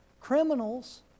Criminals